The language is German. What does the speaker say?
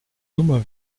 nummer